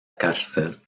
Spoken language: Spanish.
cárcel